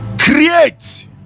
create